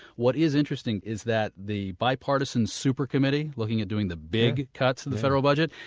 what is interesting is that the bipartisan super committee looking at doing the big cuts to the federal budget,